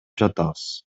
жатабыз